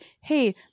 hey